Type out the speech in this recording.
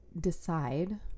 decide